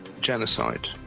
genocide